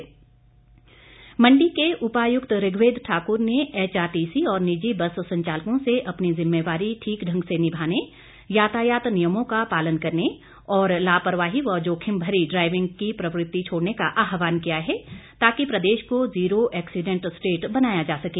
DC Mandi Mandi के उपायुक्त ऋग्वेद ठाकुर ने एचआरटीसी और निजी बस संचालकों से अपनी जिम्मेवारी ठीक ढंग से निभाने यातायात नियमों का पालन करने और लापरवाही व जोखिम भरी ड्राईविंग की प्रवृति छोड़ने का आहवान किया है ताकि प्रदेश को जीरो एक्सीडेंट स्टेट बनाया जा सके